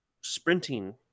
sprinting